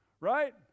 Right